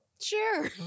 Sure